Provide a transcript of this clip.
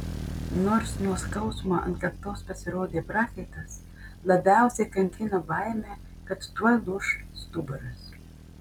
nors nuo skausmo ant kaktos pasirodė prakaitas labiausiai kankino baimė kad tuoj lūš stuburas